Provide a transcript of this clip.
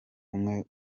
umwe